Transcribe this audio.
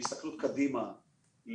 להסתכלות קדימה,